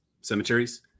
cemeteries